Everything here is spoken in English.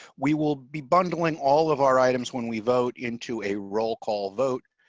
we will be bundling all of our items when we vote into a roll call vote.